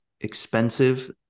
expensive